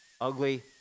ugly